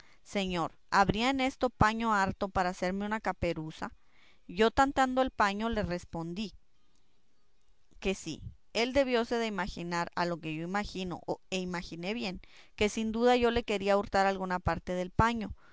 habría en esto paño harto para hacerme una caperuza yo tanteando el paño le respondí que sí él debióse de imaginar a lo que yo imagino e imaginé bien que sin duda yo le quería hurtar alguna parte del paño